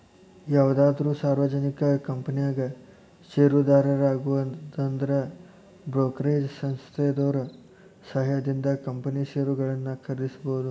ಯಾವುದಾದ್ರು ಸಾರ್ವಜನಿಕ ಕಂಪನ್ಯಾಗ ಷೇರುದಾರರಾಗುದಂದ್ರ ಬ್ರೋಕರೇಜ್ ಸಂಸ್ಥೆದೋರ್ ಸಹಾಯದಿಂದ ಕಂಪನಿ ಷೇರುಗಳನ್ನ ಖರೇದಿಸೋದು